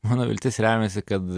mano viltis remiasi kad